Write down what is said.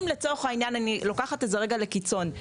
אם אני לוקחת את זה לקיצון,